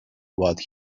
what